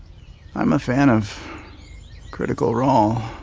i'm a fan of critical role.